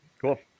Cool